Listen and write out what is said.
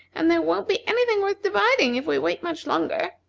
and there won't be any thing worth dividing if we wait much longer.